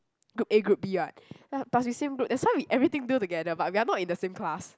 group A group B [what] plus we same group that's why we everything do together but we are not in the same class